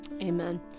Amen